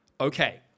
Okay